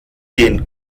den